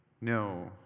No